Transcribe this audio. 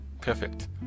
perfect